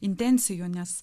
intencijų nes